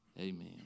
Amen